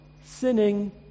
sinning